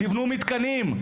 תבנו מתקנים.